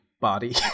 body